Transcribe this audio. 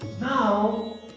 now